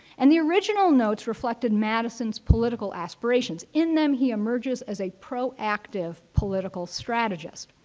and the original notes reflected madison's political aspirations. in them, he emerges as a proactive political strategist.